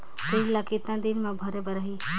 ऋण ला कतना दिन मा भरे बर रही?